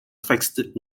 fixed